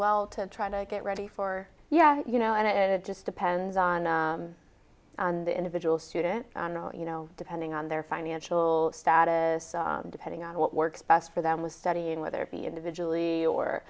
well to try to get ready for yeah you know and it just depends on the individual student you know depending on their financial status depending on what works best for them with studying whether it be individually or